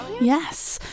Yes